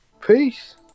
Peace